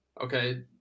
okay